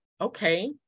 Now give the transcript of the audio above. okay